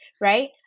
right